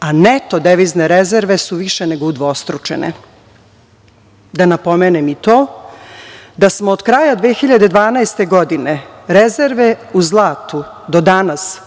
a neto devizne rezerve su više nego udvostručene. Da napomenem i to da smo od kraja 2012. godine rezerve u zlatu do danas